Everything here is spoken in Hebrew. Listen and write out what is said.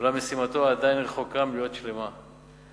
אולם משימתו עדיין רחוקה מלהיות שלמה.